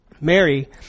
Mary